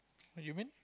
you mean